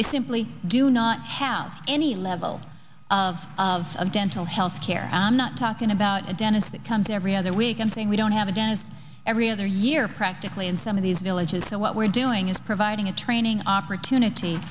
they simply do not have any level of of of dental health care i'm not talking about a dentist that comes every other week and saying we don't have a dentist every other year practically in some of these villages so what we're doing is providing a training opportunity